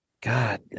God